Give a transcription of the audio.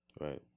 Right